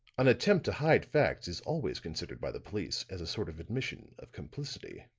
an attempt to hide facts is always considered by the police as a sort of admission of complicity.